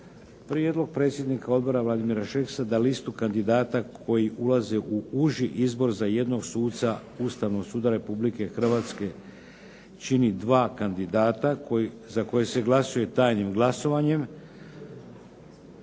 Prijedlog predsjednika odbora Vladimira šeksa da listu kandidata koji ulaze u uži izbor za jednog suca Ustavnog suda Republike Hrvatske čini dva kandidata za koje se glasuje tajnim glasovanje,